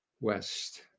West